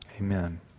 Amen